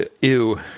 Ew